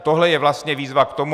Tohle je vlastně výzva k tomu.